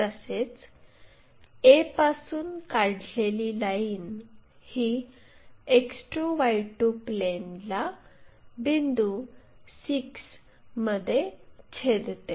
तसेच a पासून काढलेली लाईन ही X2 Y2 प्लेनला बिंदू 6 मध्ये छेदते